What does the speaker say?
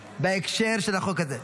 --- בהקשר של החוק הזה.